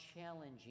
challenging